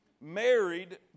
married